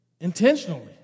intentionally